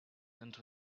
and